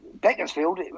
Beaconsfield